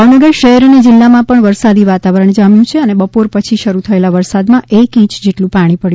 ભાવનગર શહેર અને જીલ્લામાં પણ વરસાદી વાતાવરણ જામ્યુ છે અને બપોર પછી શરૂ થયેલા વરસાદમાં એક ઇંચ જેટલુ પાણી પડ્યુ છે